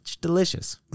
delicious